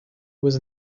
was